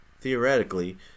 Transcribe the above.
theoretically